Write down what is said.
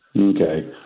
Okay